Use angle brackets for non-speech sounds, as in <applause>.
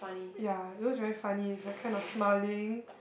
<breath> ya those very funny it's like kind of smiling